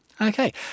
Okay